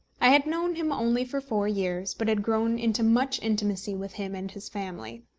i had known him only for four years, but had grown into much intimacy with him and his family.